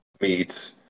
meats